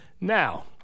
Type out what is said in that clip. Now